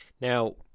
Now